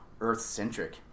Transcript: Earth-centric